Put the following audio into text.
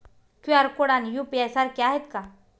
QR code आणि UPI सारखे आहेत का?